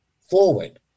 forward